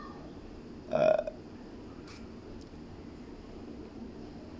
uh